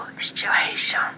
situation